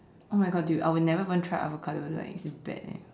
oh my god dude I will never even try avocado it's like bad eh